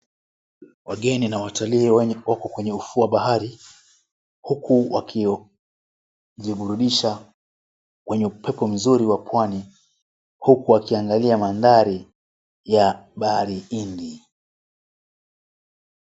Wageni na watalii wamo kwenye ufuo wa bahari. Huku wakijiburudisha kwenye upepo mzuri wa pwani huku wakiangalia mandhari ya Bahari Hindi.